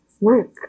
work